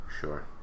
Sure